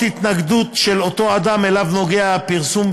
התנגדות של אותו אדם שאליו נוגע הפרסום,